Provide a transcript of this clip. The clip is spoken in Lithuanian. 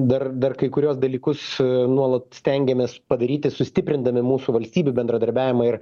dar dar kai kuriuos dalykus nuolat stengiamės padaryti sustiprindami mūsų valstybių bendradarbiavimą ir